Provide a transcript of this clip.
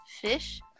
fish